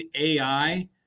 AI